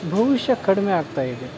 ಭವಿಷ್ಯ ಕಡಿಮೆ ಆಗ್ತಾ ಇದೆ